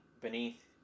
beneath